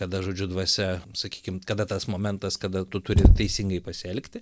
kada žodžiu dvasia sakykim kada tas momentas kada tu turi teisingai pasielgti